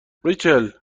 ریچل